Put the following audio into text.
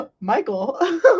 Michael